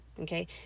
okay